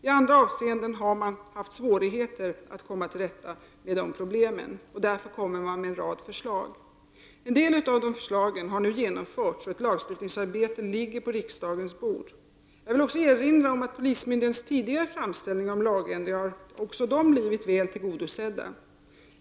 I andra avseenden har man haft svårigheter att komma till rätta med problemen. Därför kommer man med en rad förslag. En del av förslagen har nu genomförts och ett lagstiftningsarbete ligger på riksdagens bord. Jag vill också erinra om att polismyndighetens tidigare framställningar om lagstiftning har blivit väl tillgodosedda.